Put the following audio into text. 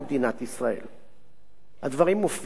הדברים מופיעים בפרוטוקול של דיוני הוועדה.